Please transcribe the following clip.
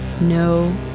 No